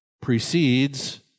precedes